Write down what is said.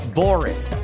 boring